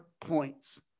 points